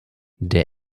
das